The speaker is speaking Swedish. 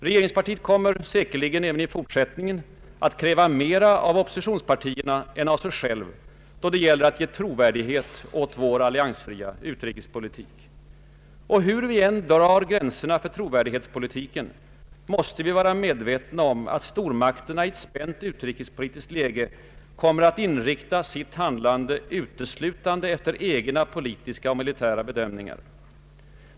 Regeringspartiet kommer säkert även i fortsättningen att kräva mer av oppositionspartierna än av sig självt då det gäller att ge trovärdighet åt vår alliansfria utrikespolitik. Och hur vi än drar gränserna för trovärdighetspolitiken, måste vi vara medvetna om att stormakterna i ett spänt utrikespolitiskt läge kommer att inrikta sitt handlande uteslutande efter egna politiska och militära bedömningar.